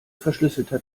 verschlüsselter